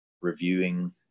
reviewing